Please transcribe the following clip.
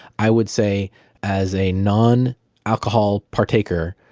i would say as a non alcohol partaker,